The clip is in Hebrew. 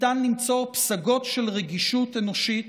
ניתן למצוא פסגות של רגישות אנושית